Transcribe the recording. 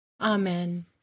Amen